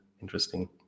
interesting